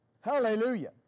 Hallelujah